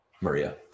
Maria